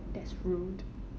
that's rude